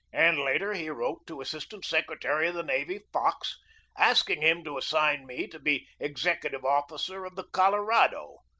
and later he wrote to assistant secretary of the navy fox asking him to assign me to be executive officer of the col orado,